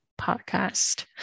podcast